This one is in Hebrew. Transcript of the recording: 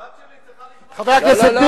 הבת שלי צריכה לקנות, לא, לא, לא.